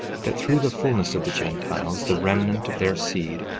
that through the fulness of the gentiles, the remnant of their seed,